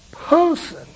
person